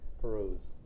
peruse